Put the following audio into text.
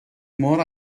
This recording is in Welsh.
mor